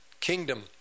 kingdom